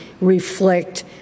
reflect